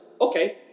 Okay